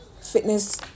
fitness